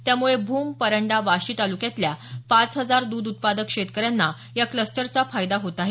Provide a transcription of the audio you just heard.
त्यामुळे भूम परंडा वाशी तालुक्यातल्या पाच हजार द्ध उत्पादक शेतकऱ्यांना या कल्सटरचा फायदा होत आहे